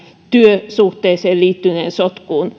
työsuhteeseen liittyneeseen sotkuun